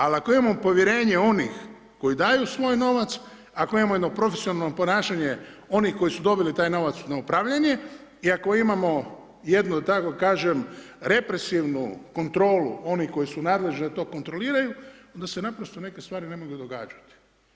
Ali, ako imamo povjerenje onih koji daju svoj novac, ako nemamo jedno profesionalno ponašanje, onih koji su doveli taj novac na upravljanje i ako imamo jednu da tako kažem, represivnu kontrolu, onih koji su nadležni da to kontroliraju, onda se naprosto neke stvari ne mogu događati.